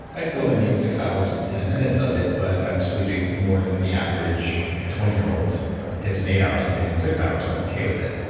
i still only need six hours and ten minutes of it, but i'm sleeping more than the average twenty year old gets in eight hours i'm and getting in six hours. i'm okay with it.